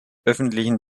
öffentlichen